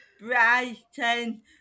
Brighton